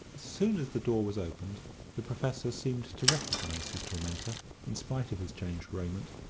soon as the door was opened the professor seemed to recognise his tormentor in spite of his changed raiment,